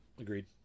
agreed